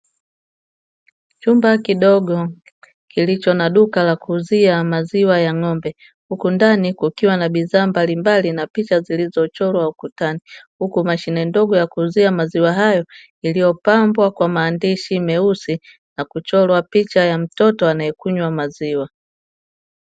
Chumba kidogo kilicho na duka la kuuzia maziwa ya ng'ombe, huku ndani kukiwa na bidhaa mbalimbali na picha zilizochorwa ukutani, huku mashine ndogo ya kuuzia maziwa hayo iliyopambwa kwa maandishi meusi na kuchorwa picha ya mtoto anayekunywa maziwa.